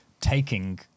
taking